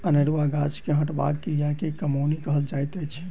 अनेरुआ गाछ के हटयबाक क्रिया के कमौनी कहल जाइत अछि